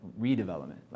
redevelopment